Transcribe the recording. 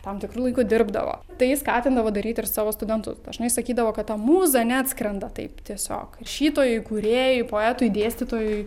tam tikru laiku dirbdavo tai jis skatindavo daryti ir savo studentus dažnai sakydavo kad ta mūza neatskrenda taip tiesiog rašytojui kūrėjui poetui dėstytojui